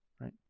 right